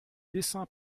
dessins